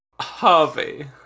Harvey